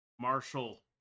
Marshall